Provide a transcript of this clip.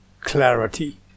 clarity